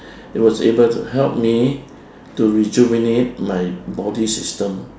it was able to help me to rejuvenate my body system